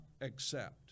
accept